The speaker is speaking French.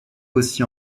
aussi